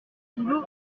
boulot